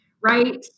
right